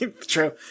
True